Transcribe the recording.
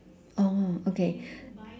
oh okay